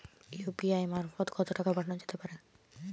UPI মারফত কত টাকা পাঠানো যেতে পারে?